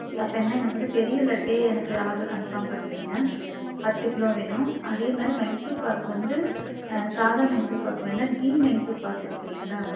சரி அப்படின்னா எனக்கு வந்து பெரிய லட்டே எனக்கு ஆட்ரு கன்ஃபார்ம் பண்ணிக்கோங்க பத்துக் கிலோ வேணும் அதேமாதிரி மைசூர் பாக்கு வந்து சாதா மைசூர் பாக்கு வேண்டாம் கீ மைசூர் பாக்கு இருக்குதில்லைங்ளா